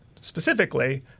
specifically